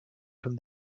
from